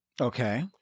Okay